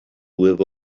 with